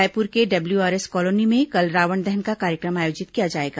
रायपुर के WRS colony में कल रावण दहन का कार्यक्रम आयोजित किया जाएगा